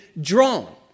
drawn